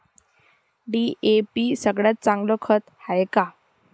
DAP सगळ्यात चांगलं खत हाये का?